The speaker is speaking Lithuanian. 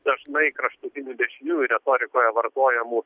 dažnai kraštutinių dešiniųjų retorikoje vartojamų